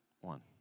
one